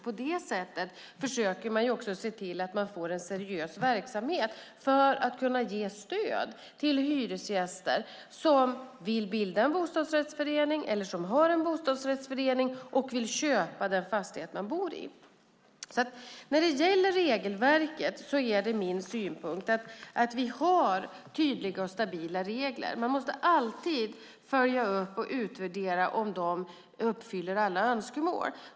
På det sättet försöker man se till att det blir en seriös verksamhet för att kunna ge stöd till hyresgäster som vill bilda en bostadsrättsförening eller som har en bostadsrättsförening och vill köpa den fastighet man bor i. När det gäller regelverket är min synpunkt att vi har tydliga och stabila regler. Sedan måste man alltid följa upp och utvärdera om de uppfyller alla önskemål.